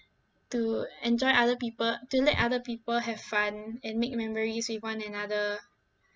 to enjoy other people to let other people have fun and make memories with one another